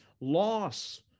loss